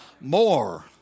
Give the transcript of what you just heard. more